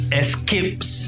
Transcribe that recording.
escapes